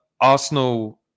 Arsenal